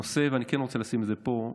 הנושא, ואני כן רוצה לשים את זה פה,